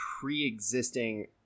pre-existing